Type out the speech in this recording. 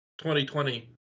2020